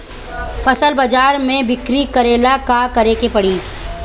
फसल बाजार मे बिक्री करेला का करेके परी?